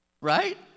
right